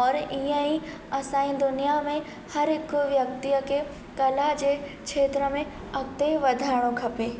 और ईअं ई असांजी दुनिया में हर हिकु व्यक्तिअ के कला जे खेत्र में अॻिते वधिणो खपे